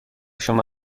شما